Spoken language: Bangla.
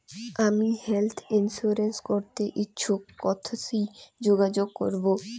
আমি হেলথ ইন্সুরেন্স করতে ইচ্ছুক কথসি যোগাযোগ করবো?